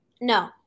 No